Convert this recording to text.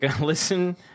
listen